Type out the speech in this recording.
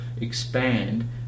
expand